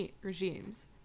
regimes